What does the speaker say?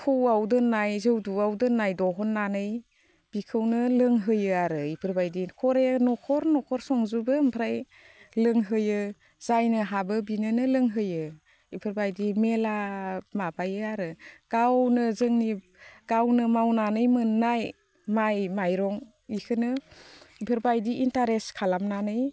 थौआव दोननाय जौदुआव दोननाय बहननानै बेखौनो लोंहोयो आरो बेफोरबायदि घरे न'खर न'खर संजोबो ओमफ्राय लोंहोयो जायनो हाबो बिनोनो लोंहोयो बेफोरबायदि मेला माबायो आरो गावनो जोंनि गावनो मावनानै मोननाय माइ माइरं बेखौनो बेफोरबायदि इन्टारेस्ट खालामनानै